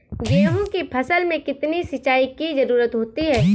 गेहूँ की फसल में कितनी सिंचाई की जरूरत होती है?